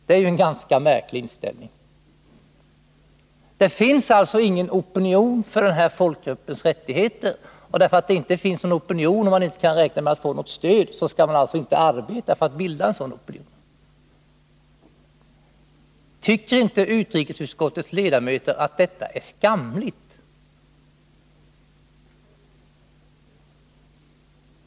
Det är en ganska märklig inställning. Det finns alltså ingen opinion för den här folkgruppens rättigheter, och därför att det inte finns någon sådan opinion och man inte kan räkna med något stöd, skall man inte arbeta för att skapa en sådan opinion. Tycker inte utrikesutskottets ledamöter att detta är skamligt?